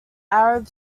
arab